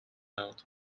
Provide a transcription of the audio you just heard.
out